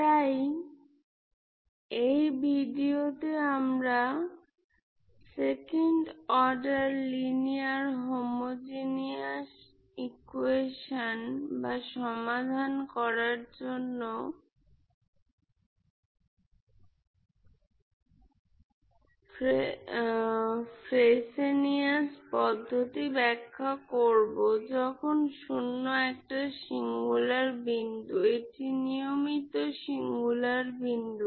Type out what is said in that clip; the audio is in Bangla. তাই এই ভিডিওতে আমরা second order linear homogeneous equation সমাধান করার জন্য ফ্রেসেনিয়াস পদ্ধতি ব্যাখ্যা করব যখন 0 একটি সিঙ্গুলার বিন্দু এটি নিয়মিত সিঙ্গুলার বিন্দু